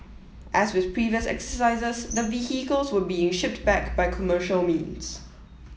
as with previous exercises the vehicles were being shipped back by commercial means